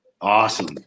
awesome